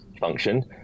function